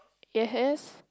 yes